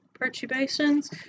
perturbations